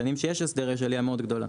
בשנים שיש הסדר יש עלייה מאוד גדולה.